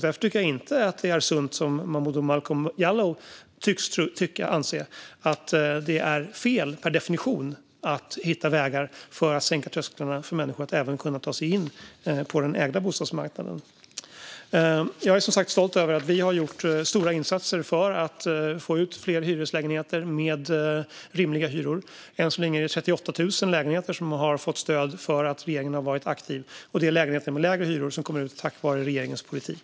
Därför tycker jag inte att det är sunt att anse, som Momodou Malcolm Jallow tycks göra, att det per definition är fel att hitta vägar för att sänka trösklarna för människor att även kunna ta sig in på den ägda bostadsmarknaden. Jag är som sagt stolt över att vi har gjort stora insatser för att få ut fler hyreslägenheter med rimliga hyror. Än så länge har 38 000 lägenheter fått stöd för att regeringen har varit aktiv. Det är lägenheter med lägre hyror som kommer ut tack vare regeringens politik.